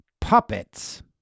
puppets